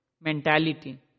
mentality